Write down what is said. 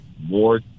more